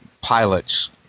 pilots